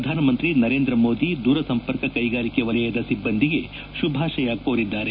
ಪ್ರಧಾನಮಂತ್ರಿ ನರೇಂದ್ರ ಮೋದಿ ದೂರಸಂಪರ್ಕ ಕ್ಯೆಗಾರಿಕೆ ವಲಯದ ಸಿಬ್ಬಂದಿಗೆ ಶುಭಾಶಯ ಕೋರಿದ್ದಾರೆ